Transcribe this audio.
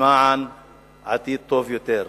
למען עתיד טוב יותר.